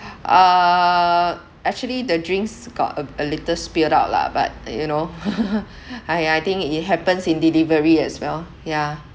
uh actually the drinks got a b~ a little spilled out lah but you know I I think it happens in delivery as well yeah